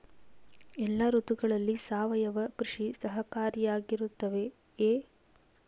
ಎಲ್ಲ ಋತುಗಳಲ್ಲಿ ಸಾವಯವ ಕೃಷಿ ಸಹಕಾರಿಯಾಗಿರುತ್ತದೆಯೇ?